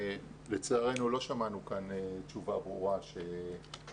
שלצערנו לא שמענו כאן תשובה ברורה שיהיה